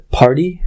party